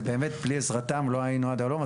ובאמת, בלי עזרתם לא היינו עד הלום.